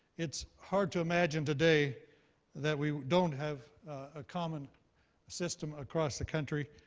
it's hard to imagine today that we don't have a common system across the country,